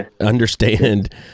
understand